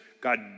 God